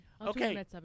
Okay